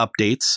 updates